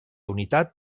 unitat